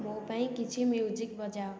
ମୋ ପାଇଁ କିଛି ମ୍ୟୁଜିକ୍ ବଜାଅ